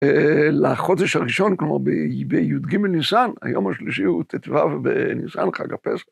לחודש הראשון, כלומר בי"ג בניסן, היום השלישי הוא ט"ו בניסן, חג הפסח.